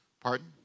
Pardon